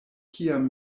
kiam